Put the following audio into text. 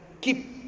keep